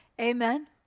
Amen